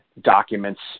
documents